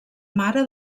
mare